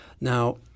Now